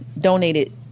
donated